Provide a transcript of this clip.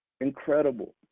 Incredible